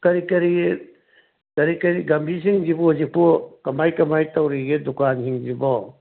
ꯀꯔꯤ ꯀꯔꯤ ꯀꯔꯤ ꯀꯔꯤ ꯒꯝꯚꯤꯔꯁꯤꯡꯁꯤꯕꯨ ꯍꯧꯖꯤꯛꯄꯨ ꯀꯃꯥꯏ ꯀꯃꯥꯏ ꯇꯧꯔꯤꯒꯦ ꯗꯨꯀꯥꯟꯁꯤꯡꯁꯤꯕꯣ